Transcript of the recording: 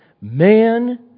Man